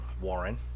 Warren